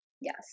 Yes